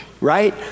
right